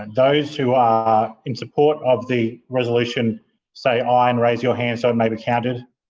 um those who are in support of the resolution say aye and raise your hand so it may be counted.